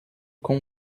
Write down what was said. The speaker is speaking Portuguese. com